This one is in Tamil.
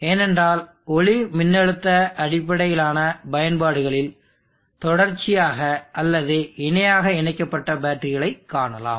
ஏனென்றால் ஒளிமின்னழுத்த அடிப்படையிலான பயன்பாடுகளில் தொடர்ச்சியாக அல்லது இணையாக இணைக்கப்பட்ட பேட்டரிகளை காணலாம்